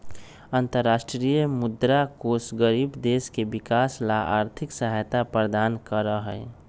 अन्तरराष्ट्रीय मुद्रा कोष गरीब देश के विकास ला आर्थिक सहायता प्रदान करा हई